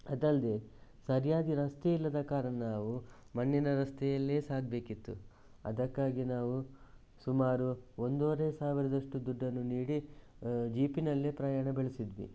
ಅದಲ್ಲದೆ ಸರಿಯಾಗಿ ರಸ್ತೆ ಇಲ್ಲದ ಕಾರಣ ನಾವು ಮಣ್ಣಿನ ರಸ್ತೆಯಲ್ಲೇ ಸಾಗಬೇಕಿತ್ತು ಅದಕ್ಕಾಗಿ ನಾವು ಸುಮಾರು ಒಂದುವರೆ ಸಾವಿರದಷ್ಟು ದುಡ್ಡನ್ನು ನೀಡಿ ಜೀಪಿನಲ್ಲಿ ಪ್ರಯಾಣ ಬೆಳೆಸಿದ್ವಿ